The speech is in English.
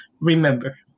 remember